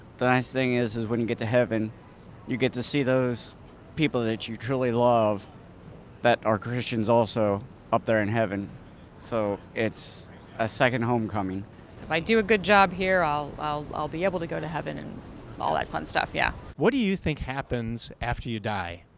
the last thing is is when you and get to heaven you get to see those people that you truly love that are christians also up there in heaven so it's a second homecoming. if i do a good job here i'll i'll be able to go to heaven and all that fun stuff, yeah. what do you you think happens after you die?